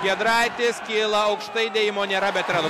giedraitis kyla aukštai dėjimo nėra bet yra du